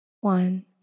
one